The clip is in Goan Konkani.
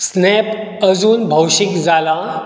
स्नॅप अजून भौशीक जालां